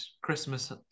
Christmas